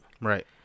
Right